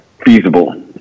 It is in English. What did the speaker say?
feasible